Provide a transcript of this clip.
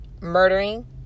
murdering